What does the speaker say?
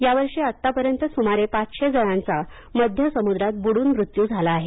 या वर्षी आतापर्यंत सुमारे पाचशे जणांचा मध्य समुद्रात बुडून मृत्यू झाला आहे